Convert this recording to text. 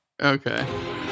okay